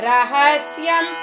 Rahasyam